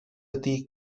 ydy